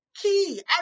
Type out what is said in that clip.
Key